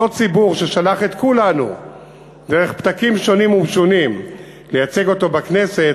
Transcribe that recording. אותו ציבור ששלח את כולנו דרך פתקים שונים ומשונים לייצג אותו בכנסת,